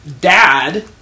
Dad